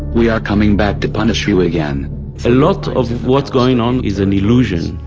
we are coming back to punish you again a lot of what's going on is an illusion.